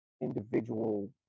individual